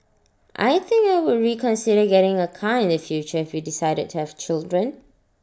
I think I would reconsider getting A car in the future we decided to have children